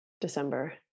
December